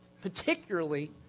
particularly